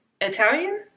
Italian